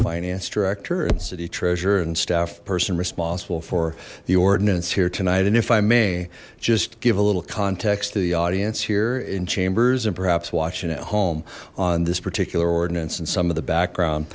finance director and city treasurer and staff person responsible for the ordinance here tonight and if i may just give a little context to the audience here in chambers and perhaps watching at home on this particular ordinance and some of the background